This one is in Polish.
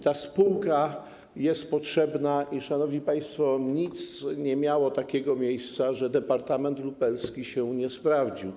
Ta spółka jest potrzebna i, szanowni państwo, nie miało miejsca to, że departament lubelski się nie sprawdził.